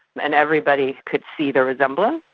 and everybody could see the resemblance.